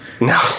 No